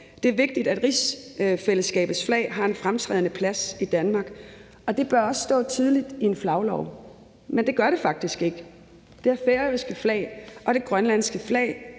Det er vigtigt, at rigsfællesskabets flag har en fremtrædende plads i Danmark, og det bør også stå tydeligt i en flaglov. Men det gør det faktisk ikke. Det færøske flag og det grønlandske flag